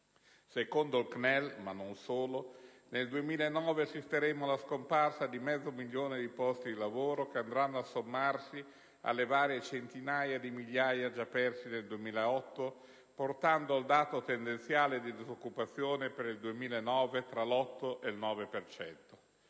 Secondo il CNEL, ma non solo, nel 2009 assisteremo alla scomparsa di mezzo milione di posti di lavoro, che andranno a sommarsi alle varie centinaia di migliaia già persi nel 2008, portando il dato tendenziale di disoccupazione - per il 2009 - tra l'8 ed il 9